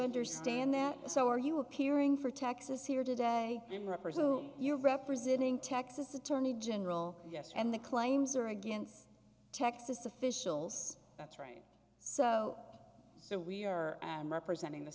understand that so are you appearing for texas here today imre presume you are representing texas attorney general yes and the claims are against texas officials that's right so so we are representing the